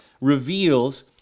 reveals